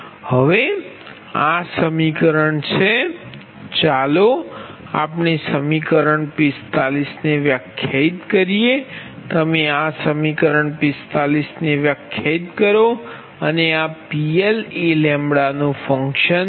હવે આ સમીકરણ છે ચાલો આપણે સમીકરણ 45 ને વ્યાખ્યાયિત કરીએ તમે આ સમીકરણ 45 ને વ્યાખ્યાયિત કરો અને આ PL એ નુ ફંક્શન છે